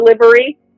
delivery